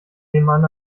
nebenan